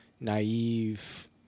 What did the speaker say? naive